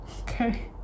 Okay